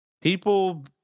People